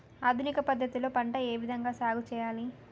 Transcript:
ఆధునిక పద్ధతి లో పంట ఏ విధంగా సాగు చేయాలి?